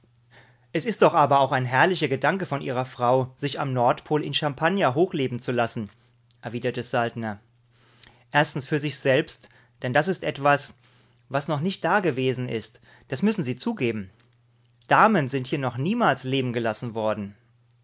es ist doch aber auch ein herrlicher gedanke von ihrer frau sich am nordpol in champagner hochleben zu lassen erwiderte saltner erstens für sich selbst denn das ist etwas was noch nicht dagewesen ist das müssen sie zugeben damen sind hier noch niemals leben gelassen worden